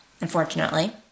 unfortunately